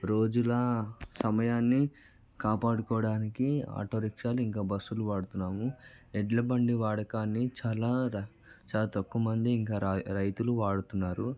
రోజుల సమయాన్ని కాపాడుకోవడానికి ఆటోరిక్షాలు ఇంకా బస్సులు వాడుతున్నాము ఎడ్లబండి వాడకాన్ని చాలా చాలా తక్కువ మంది ఇంకా రైతులు వాడుతున్నారు